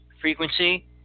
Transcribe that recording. Frequency